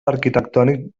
arquitectònic